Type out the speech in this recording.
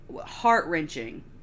heart-wrenching